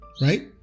Right